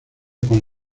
con